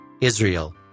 Israel